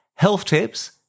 healthtips